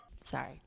Sorry